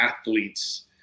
athletes